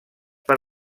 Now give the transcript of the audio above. per